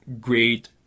great